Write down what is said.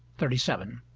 thirty seven.